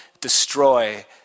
destroy